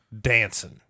dancing